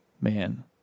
Man